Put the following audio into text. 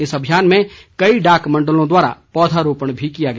इस अभियान में कई डाकमंडलों द्वारा पौधारोपण भी किया गया